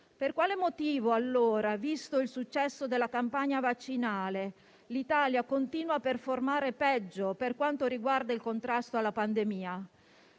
Per quale motivo, allora, visto il successo della campagna vaccinale, l'Italia continua a performare peggio per quanto riguarda il contrasto alla pandemia?